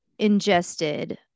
ingested